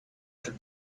could